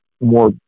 more